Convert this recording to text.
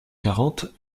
quarante